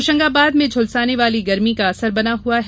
होशंगाबाद में झुलसाने वाली गर्मी का असर बना हुआ है